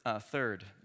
third